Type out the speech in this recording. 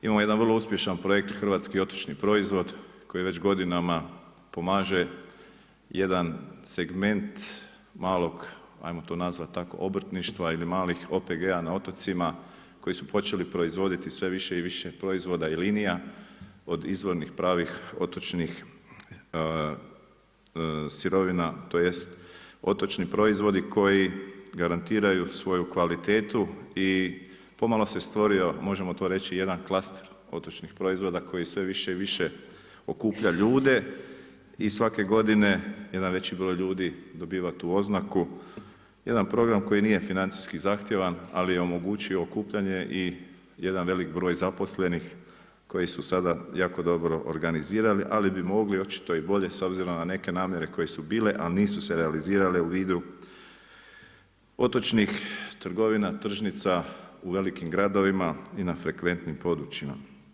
Imamo jedan vrlo uspješan projekt hrvatski otočni proizvod koji već godinama pomaže, jedan segment malog, ajmo to nazvati tako, obrtništva ili malih OPG-a na otocima koji su počeli proizvoditi sve više i više proizvoda i linija od izvornih pravih otočnih sirovina tj. otočni proizvodi koji garantiraju svoju kvalitetu i pomalo se stvorio, možemo to reći jedan klaster otočnih proizvoda koji sve više i više okuplja ljude i svake godine jedan veći broj ljudi dobiva tu oznaku, jedan program koji nije financijski zahtjevan ali je omogućio okupljanje i jedan velik broj zaposlenih koji su sada jako dobro organizirani ali bi mogli očito i bolje s obzirom na neke namjere koje su bile a nisu se realizirale u vidu otočnih trgovina, tržnica u velikim gradovima, i na frekventnim područjima.